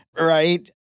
right